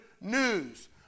news